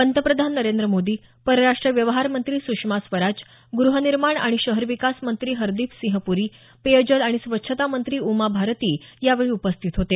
पंतप्रधान नरेंद्र मोदी परराष्ट्र व्यवहार मंत्री सुषमा स्वराज ग्रहनिर्माण आणि शहर विकास मंत्री हरदीप सिंह पुरी पेयजल आणि स्वच्छता मंत्री उमा भारती यावेळी उपस्थित होते